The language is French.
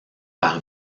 par